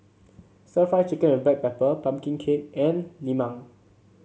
stir Fry Chicken with Black Pepper pumpkin cake and lemang